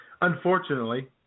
Unfortunately